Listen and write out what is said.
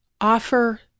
offer